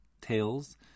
tails